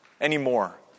anymore